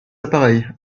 appareils